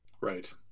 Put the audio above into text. Right